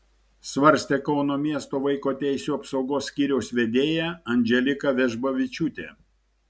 svarstė kauno miesto vaiko teisių apsaugos skyriaus vedėja andželika vežbavičiūtė